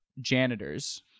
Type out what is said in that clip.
janitors